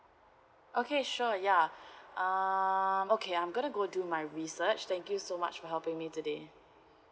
okay sure yeah um okay I'm gonna go do my research thank you so much for helping me today